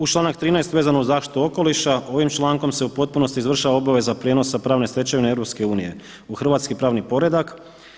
Uz članak 13. vezano uz zaštitu okoliša ovim člankom se u potpunosti izvršava obaveza prijenosa pravne stečevine EU u hrvatski pravni poredak.